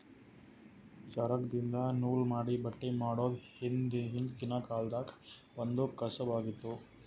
ಚರಕ್ದಿನ್ದ ನೂಲ್ ಮಾಡಿ ಬಟ್ಟಿ ಮಾಡೋದ್ ಹಿಂದ್ಕಿನ ಕಾಲ್ದಗ್ ಒಂದ್ ಕಸಬ್ ಆಗಿತ್ತ್